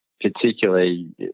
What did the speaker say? particularly